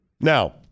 Now